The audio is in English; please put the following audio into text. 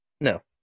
No